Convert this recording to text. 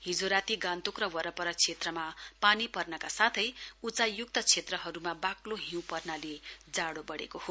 हिजो राती गान्तोक र वरपर क्षेत्रमा पानी पर्नका साथै उचाईयुक्त क्षेत्रहरूमा बाक्लो हिउँ पर्नाले जाडो बढेको छ